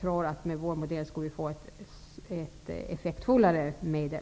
tror att vi med vår modell skulle få ett effektfullare medel.